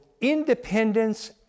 independence